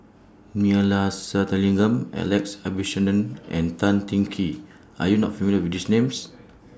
Neila Sathyalingam Alex Abisheganaden and Tan Teng Kee Are YOU not familiar with These Names